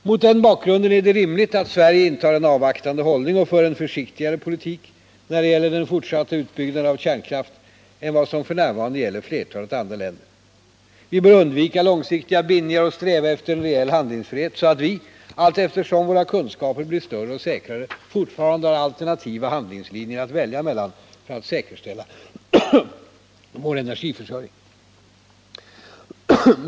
Mot den bakgrunden är det rimligt att Sverige intar en avvaktande hållning och för en försiktigare politik när det gäller den fortsatta utbyggnaden av kärnkraft än vad som f.n. gäller flertalet andra länder. Vi bör undvika långsiktiga bindningar och sträva efter en reell handlingsfrihet så att vi, allteftersom våra kunskaper blir större och säkrare, fortfarande har alternativa handlingslinjer att välja mellan för att säkerställa vår energiförsörjning.